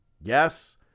Yes